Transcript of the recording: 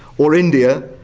or india.